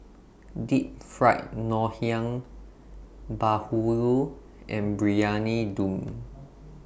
Deep Fried Ngoh Hiang Bahulu and Briyani Dum